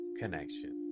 connection